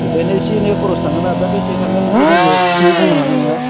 बेनो एसे एनै खरस थाङो ना दा बेसे थांगोन बेखौ जोङो थियै बुंनो हानाय नङा